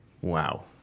Wow